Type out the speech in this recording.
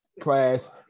class